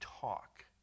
talk